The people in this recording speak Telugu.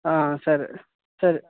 సరే సరే